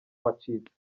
wacitse